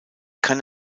kann